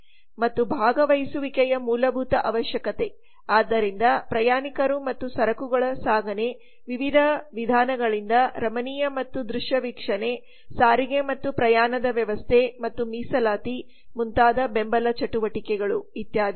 ಮತ್ತು ಭಾಗವಹಿಸುವಿಕೆಯ ಮೂಲಭೂತ ಅವಶ್ಯಕತೆ ಆದ್ದರಿಂದ ಪ್ರಯಾಣಿಕರು ಮತ್ತು ಸರಕುಗಳ ಸಾಗಣೆ ವಿವಿಧ ವಿಧಾನಗಳಿಂದ ರಮಣೀಯ ಮತ್ತು ದೃಶ್ಯವೀಕ್ಷಣೆ ಸಾರಿಗೆ ಮತ್ತು ಪ್ರಯಾಣದ ವ್ಯವಸ್ಥೆ ಮತ್ತು ಮೀಸಲಾತಿ ಮುಂತಾದ ಬೆಂಬಲ ಚಟುವಟಿಕೆಗಳು ಇತ್ಯಾದಿ